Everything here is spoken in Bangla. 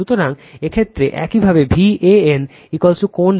সুতরাং এই ক্ষেত্রে একইভাবে Van কোণ 0o